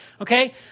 Okay